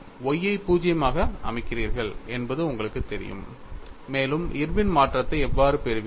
y I 0 ஆக அமைக்கிறீர்கள் என்பது உங்களுக்குத் தெரியும் மேலும் இர்வின் மாற்றத்தை எவ்வாறு பெறுவீர்கள்